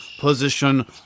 position